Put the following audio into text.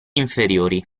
inferiori